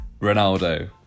Ronaldo